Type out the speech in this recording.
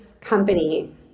company